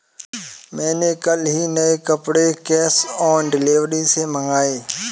मैंने कल ही नए कपड़े कैश ऑन डिलीवरी से मंगाए